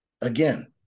Again